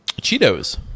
Cheetos